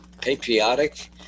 patriotic